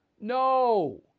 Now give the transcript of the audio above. No